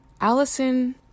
Allison